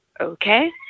Okay